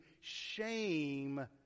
shame